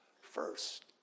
first